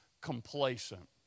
complacent